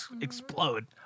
explode